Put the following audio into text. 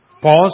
Pause